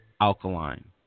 alkaline